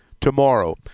tomorrow